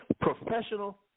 Professional